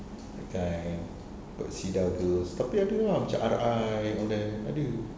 that kind got cedar girls tapi ada ah macam R_I all that ada